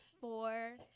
four